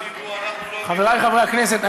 חברי חברי הכנסת,